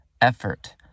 effort